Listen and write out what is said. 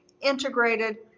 integrated